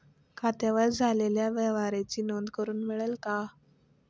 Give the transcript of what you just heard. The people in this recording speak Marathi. खात्यावर झालेल्या व्यवहाराची नोंद करून मिळेल का?